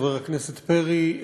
חבר הכנסת פרי,